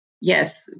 yes